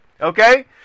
Okay